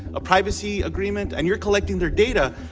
a privacy agreement, and you're collecting their data.